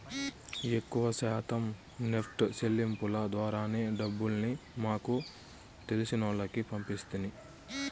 ఎక్కవ శాతం నెప్టు సెల్లింపుల ద్వారానే డబ్బుల్ని మాకు తెలిసినోల్లకి పంపిస్తిని